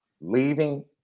leaving